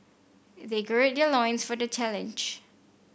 they gird their loins for the challenge